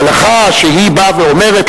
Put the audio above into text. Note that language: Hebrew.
הלכה שאומרת,